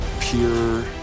pure